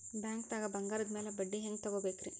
ಬ್ಯಾಂಕ್ದಾಗ ಬಂಗಾರದ್ ಮ್ಯಾಲ್ ಬಡ್ಡಿ ಹೆಂಗ್ ತಗೋಬೇಕ್ರಿ?